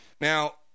now